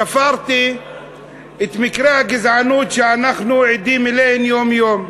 ספרתי את מקרי הגזענות שאנחנו עדים להם יום-יום.